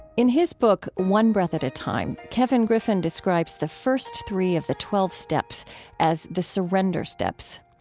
in his book one breath at a time, kevin griffin describes the first three of the twelve steps as the surrender steps.